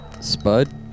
Spud